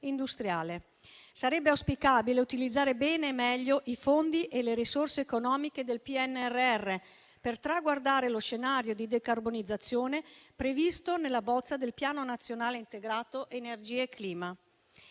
industriale. Sarebbe auspicabile utilizzare bene e meglio i fondi e le risorse economiche del PNRR per traguardare lo scenario di decarbonizzazione previsto nella bozza del Piano nazionale integrato energia e clima.